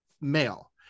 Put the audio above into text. male